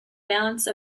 balance